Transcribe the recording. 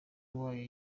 wayo